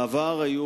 בעבר היו,